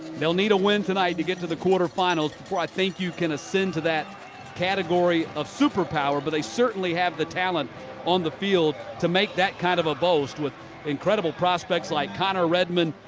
they'll need a win tonight to get to the quarterfinals before i think you can ascend to that category of superpower but they certainly have the talent on the field to make that kind of a boast with incredible prospects like connor redman,